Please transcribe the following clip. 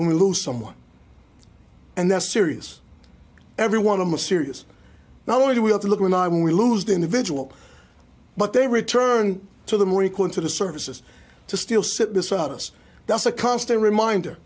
when we lose someone and that's serious everyone i'm a serious not only do we have to look when i when we lose the individual but they return to the marine corps to the services to still sit beside us that's a constant reminder